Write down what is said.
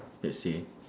let's say